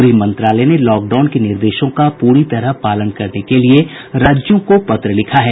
गृह मंत्रालय ने लॉकडाउन के निर्देशों का पूरी तरह पालन करने के लिए राज्यों को पत्र लिखा है